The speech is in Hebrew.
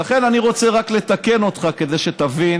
לכן אני רוצה רק לתקן אותך כדי שתבין: